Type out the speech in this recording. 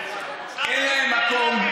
אין להם מקום?